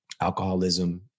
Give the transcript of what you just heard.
alcoholism